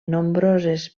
nombroses